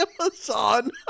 Amazon